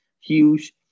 huge